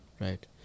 Right